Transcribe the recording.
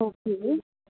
okay